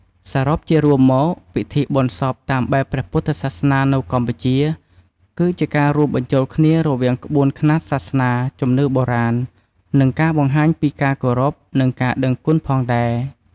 សរុបជារួមមក ពិធីបុណ្យសពតាមបែបព្រះពុទ្ធសាសនានៅកម្ពុជា គឺជាការរួមបញ្ចូលគ្នារវាងក្បួនខ្នាតសាសនា ជំនឿបុរាណ និងការបង្ហាញពីការគោរព និងការដឹងគុណផងដែរ។